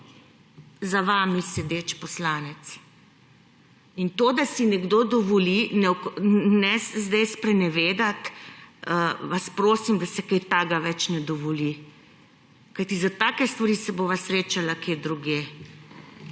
Za vami sedeč poslanec. In to, da si nekdo dovoli …, ne se zdaj sprenevedati, vas prosim, da se kaj takega več ne dovoli, kajti za take stvari se bova srečala kje drugje.